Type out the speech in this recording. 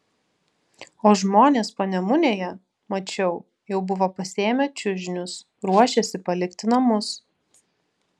o žmonės panemunėje mačiau jau buvo pasiėmę čiužinius ruošėsi palikti namus